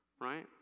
right